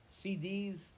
CDs